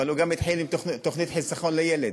אבל הוא גם התחיל עם תוכנית חיסכון לילד.